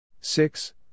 Six